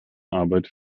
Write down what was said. arbeit